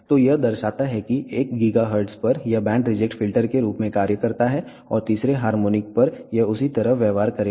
तो यह दर्शाता है कि 1 GHz पर यह बैंड रिजेक्ट फिल्टर के रूप में कार्य करता है और तीसरे हार्मोनिक पर यह उसी तरह व्यवहार करेगा